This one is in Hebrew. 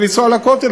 ולנסוע לכותל,